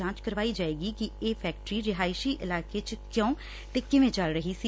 ਜਾਂਚ ਕਰਾਈ ਜਾਏਗੀ ਕਿ ਇਹ ਫੈਕਟਰੀ ਰਿਹਾਇਸ਼ੀ ਇਲਾਕੇ ਚ ਕਿਉ ਤੇ ਕਿਵੇਂ ਚੱਲ ਰਹੀ ਸੀ